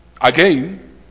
Again